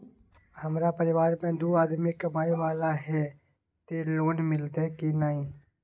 हमरा परिवार में दू आदमी कमाए वाला हे ते लोन मिलते की ने?